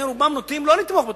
לכן רובם נוטים לא לתמוך בתוכנית,